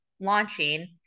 launching